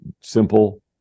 simple